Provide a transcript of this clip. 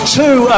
two